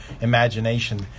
imagination